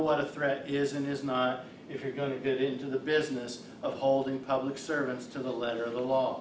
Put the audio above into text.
what a threat isn't is not if you're going to get into the business of holding public servants to the letter of the law